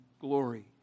glory